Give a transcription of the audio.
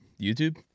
YouTube